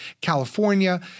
California